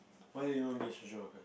why you don't be a social worker